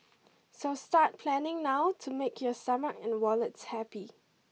so start planning now to make your stomach and wallets happy